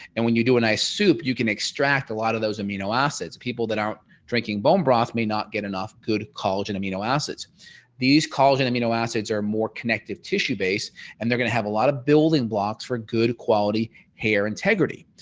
and when you do an eye soup you can extract a lot of those amino acids people that aren't drinking bone broth may not get enough good collagen amino acids these collagen amino acids are more connective tissue base and they're going to have a lot of building blocks for good quality hair integrity.